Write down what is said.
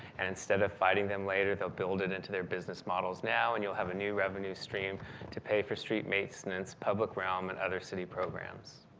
and instead of fighting them later, they'll build it into their business models now and you'll have a new revenue stream to pay for street mates and it's public realm, and other city programs.